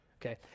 Okay